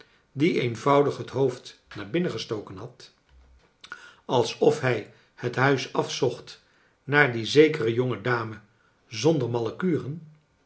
die eenvoudig het hoofd naar binnen gestoken had als of hij het huis afzocht naar die zekere jonge dame zonder malle kuren